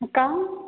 அக்கா